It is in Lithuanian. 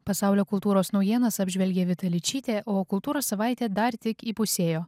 pasaulio kultūros naujienas apžvelgė vita ličytė o kultūros savaitė dar tik įpusėjo